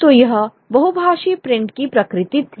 तो यह बहुभाषी प्रिंट की प्रकृति है